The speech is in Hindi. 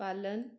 पालन